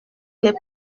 les